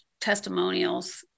testimonials